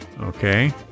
Okay